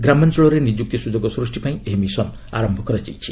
ଗ୍ରାମାଞ୍ଚଳରେ ନିଯୁକ୍ତି ସୁଯୋଗ ସ୍ଚଷ୍ଟିପାଇଁ ଏହି ମିଶନ ଆରମ୍ଭ କରାଯାଇଛି